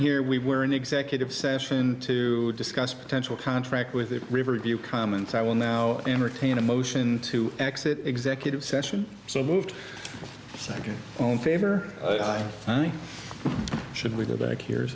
here we were in executive session to discuss potential contract with riverview comments i will now entertain a motion to exit executive session so moved second on favor should we go back here